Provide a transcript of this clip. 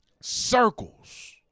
Circles